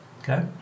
Okay